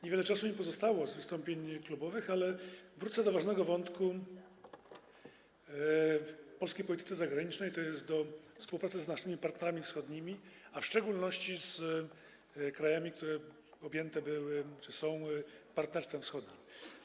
Niewiele czasu mi pozostało w ramach wystąpień klubowych, ale wrócę do ważnego wątku w polskiej polityce zagranicznej, tj. do współpracy z naszymi partnerami wschodnimi, a w szczególności z krajami, które objęte były czy są Partnerstwem Wschodnim.